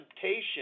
temptation